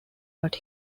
but